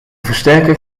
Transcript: versterker